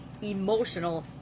emotional